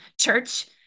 church